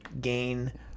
gain